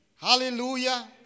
Hallelujah